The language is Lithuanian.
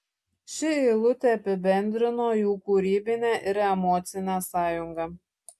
ši eilutė apibendrino jų kūrybinę ir emocinę sąjungą